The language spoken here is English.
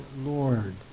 Lord